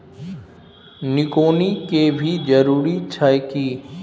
निकौनी के भी जरूरी छै की?